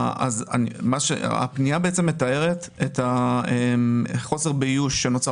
הפנייה מתארת את חוסר באיוש שנוצר